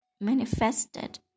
manifested